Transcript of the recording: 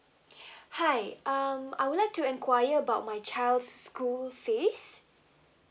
hi um I would like to enquire about my child school fees